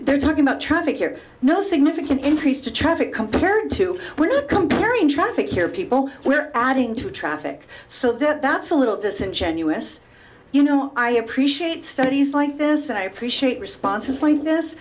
they're talking about traffic here no significant increase to traffic compared to where the comparing traffic here people we're adding to traffic so that's a little disingenuous you know i studies like this and i appreciate responses like this